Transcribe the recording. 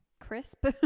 Crisp